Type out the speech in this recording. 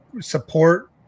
support